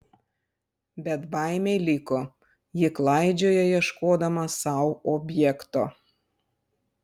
bet baimė liko ji klaidžioja ieškodama sau objekto